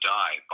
die